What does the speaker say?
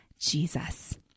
Jesus